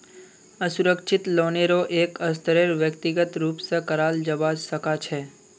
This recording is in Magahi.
असुरक्षित लोनेरो एक स्तरेर व्यक्तिगत रूप स कराल जबा सखा छ